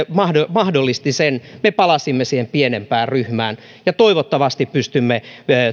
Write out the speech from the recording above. mahdollisti sen me palasimme siihen pienempään ryhmään ja toivottavasti pystymme